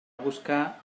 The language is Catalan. buscar